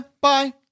bye